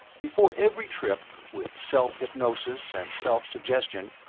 before every trip, with self-hypnosis and self-suggestion,